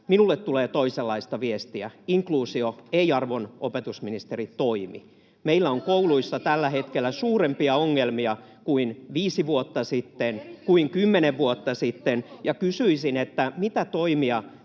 minulle tulee toisenlaista viestiä. Inkluusio ei, arvon opetusministeri, toimi. [Outi Alanko-Kahiluodon välihuuto] Meillä on kouluissa tällä hetkellä suurempia ongelmia kuin viisi vuotta sitten, kuin kymmenen vuotta sitten, ja kysyisin: mitä toimia